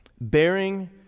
Bearing